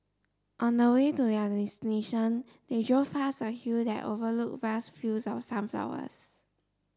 on the way to their destination they drove past a hill that overlooked vast fields of sunflowers